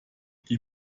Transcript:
die